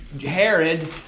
Herod